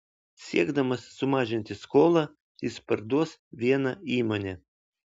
siekdamas sumažinti skolą jis parduos vieną įmonę